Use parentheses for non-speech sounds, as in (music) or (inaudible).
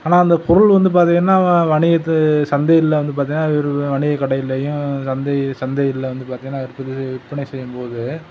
ஆனால் அந்த பொருள் வந்து பார்த்திங்கன்னா வணிக்கத்து சந்தையில் வந்து பார்த்திங்கன்னா (unintelligible) வணிகக்கடையிலேயும் சந்தை சந்தையில் வந்து பார்த்திங்கன்னா விற்பனை விற்பனை செய்யும்போது